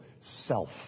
self